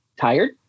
Tired